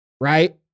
right